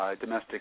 domestic